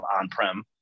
on-prem